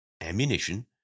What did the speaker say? ammunition